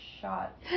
shot